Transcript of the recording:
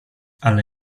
ale